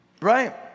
right